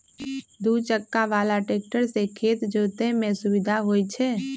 दू चक्का बला ट्रैक्टर से खेत जोतय में सुविधा होई छै